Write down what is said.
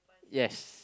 yes